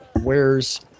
Wears